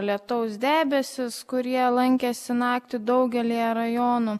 lietaus debesys kurie lankėsi naktį daugelyje rajonų